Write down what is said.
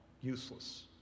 useless